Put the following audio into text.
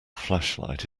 flashlight